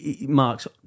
Mark's